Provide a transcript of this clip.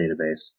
database